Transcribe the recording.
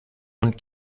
und